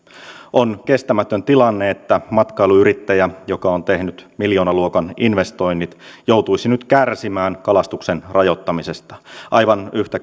on kestämätön tilanne että matkailuyrittäjä joka on tehnyt miljoonaluokan investoinnit joutuisi nyt kärsimään kalastuksen rajoittamisesta aivan yhtä